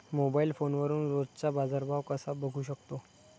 Mobile फोनवरून रोजचा बाजारभाव कसा बघू शकतो?